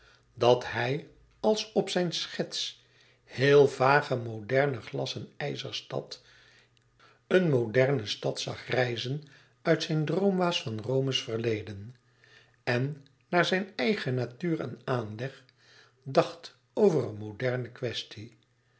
dat hij als op zijn schets heel vage moderne glas en ijzerstad een moderne stad zag rijzen uit zijn droomwaas van rome's verleden en naar zijn eigen natuur en aanleg dacht over een moderne kwestie